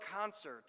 concert